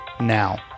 now